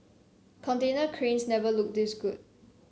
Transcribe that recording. container cranes never looked this good